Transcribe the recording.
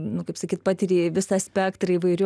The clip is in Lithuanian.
nu kaip sakyt patiri visą spektrą įvairių